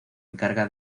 encarga